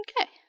Okay